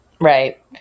Right